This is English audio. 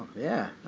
yeah.